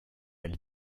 elle